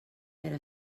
era